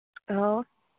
ꯑꯧ